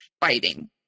fighting